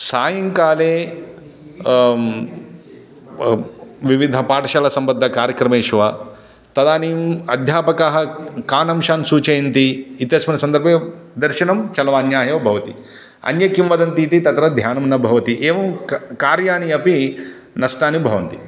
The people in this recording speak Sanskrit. सायङ्काले विविध पाठशाला सम्बद्ध कार्यक्रमेषु वा तदानीम् अध्यापकाः कान् अंशान् सूचयन्ति इत्यस्मिन् सन्दर्भे दर्शनं चलवाण्या एव भवति अन्ये किं वदन्ति इति तत्र ध्यानं न भवति एवं का कार्याणि अपि नष्टानि भवन्ति